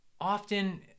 often